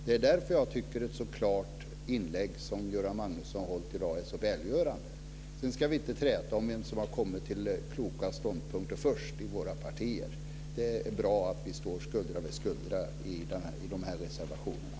Det är därför jag tycker att ett så klart inlägg som det som Göran Magnusson har hållit i dag är så välgörande. Sedan ska vi inte träta om vem som har kommit fram till kloka ståndpunkter först i våra partier. Det är bra att vi står skuldra vid skuldra i de här reservationerna.